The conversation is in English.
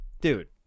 Dude